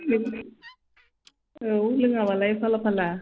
औ लोङाबालाय फाला फाला